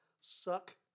suck